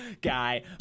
guy